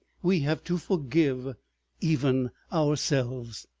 we have to forgive even ourselves.